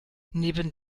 neben